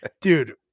Dude